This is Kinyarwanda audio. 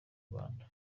rwanda